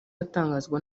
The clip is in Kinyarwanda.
atangazwa